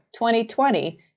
2020